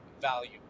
value